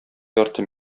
ярты